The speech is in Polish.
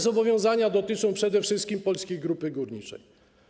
Zobowiązania dotyczą przede wszystkim Polskiej Grupy Górniczej.